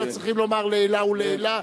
לא צריכים לומר "לעילא ולעילא",